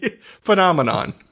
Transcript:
Phenomenon